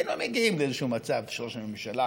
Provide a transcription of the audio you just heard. היינו מגיעים לאיזשהו מצב שראש הממשלה